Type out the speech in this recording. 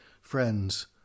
friends